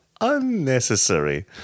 unnecessary